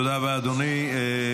תודה רבה, אדוני.